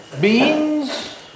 beans